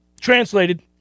translated